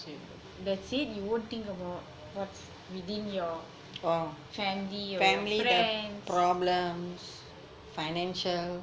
that's it you won't think about what's within your family or friends